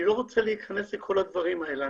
אני לא רוצה להיכנס לכל הדברים האלה.